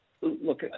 look